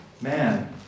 man